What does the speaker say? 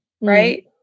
right